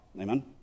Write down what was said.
Amen